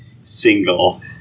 single